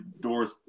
doors